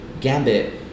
Gambit